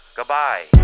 goodbye